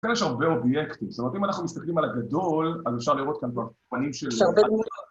ככה יש הרבה אובייקטים, זאת אומרת אם אנחנו מסתכלים על הגדול, אז אפשר לראות כאן בפנים של...